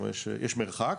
יש מרחק,